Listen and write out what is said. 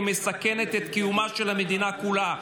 היא מסכנת את קיומה של המדינה כולה.